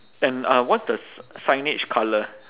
and uh what's the sig~ signage colour